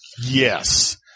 Yes